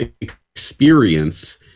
experience